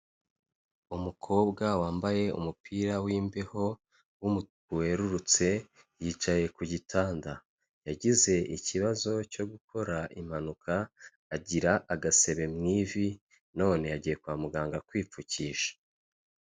Umukobwa wambaye umupira w'imbeho w'umutuku werurutse yicaye ku gitanda yagize ikibazo cyo gukora impanuka agira agasebe mu ivi none yagiye kwa muganga kwipfukisha.